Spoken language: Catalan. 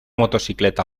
motocicleta